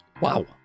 Wow